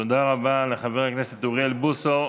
תודה רבה לחבר הכנסת אוריאל בוסו,